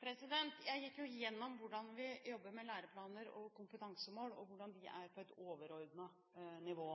Jeg gikk jo gjennom hvordan vi jobber med læreplaner og kompetansemål, og hvordan de er på et overordnet nivå.